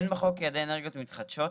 אין בחוק יעדי אנרגיות מתחדשות,